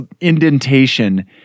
indentation